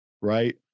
right